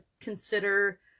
consider